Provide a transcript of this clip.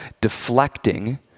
deflecting